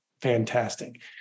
fantastic